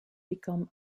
become